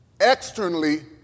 Externally